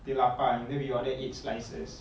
kita lapar then we order eight slices